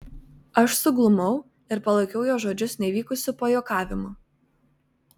aš suglumau ir palaikiau jo žodžius nevykusiu pajuokavimu